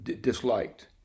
disliked